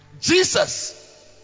Jesus